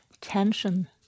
tension